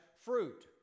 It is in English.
fruit